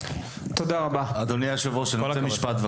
אדוני היושב ראש, משפט.